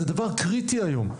זה כבר קריטי היום.